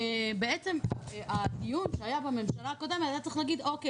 בעצם הדיון שהיה בממשלה הקודמת היה צריך להגיד 'אוקיי,